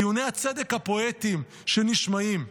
טיעוני הצדק הפואטי שנשמעים,